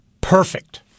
Perfect